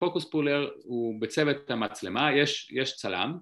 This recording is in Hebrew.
פוקוס פולר הוא בצוות המצלמה, יש צלם